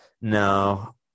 No